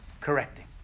correcting